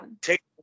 Take